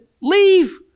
leave